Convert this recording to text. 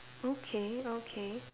okay okay